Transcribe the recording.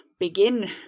Begin